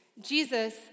Jesus